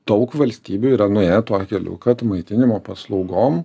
daug valstybių yra nuėję tuo keliu kad maitinimo paslaugom